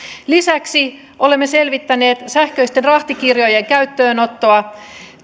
lisäksi olemme selvittäneet sähköisten rahtikirjojen käyttöönottoa